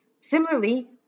Similarly